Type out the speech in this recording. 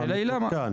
השאלה היא למה.